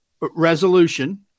resolution